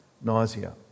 nausea